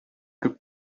күп